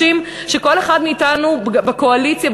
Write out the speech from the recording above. כל אחד מאתנו בקואליציה,